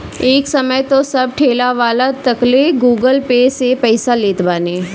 एक समय तअ सब ठेलावाला तकले गूगल पे से पईसा लेत बाने